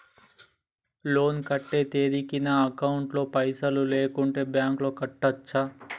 Loan కట్టే తేదీకి నా అకౌంట్ లో పైసలు లేకుంటే బ్యాంకులో కట్టచ్చా?